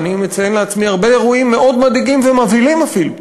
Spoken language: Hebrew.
ואני מציין לעצמי הרבה אירועים מאוד מדאיגים ומבהילים אפילו.